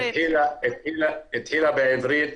התחילה בעברית,